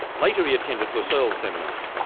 later he attended husserl's seminars.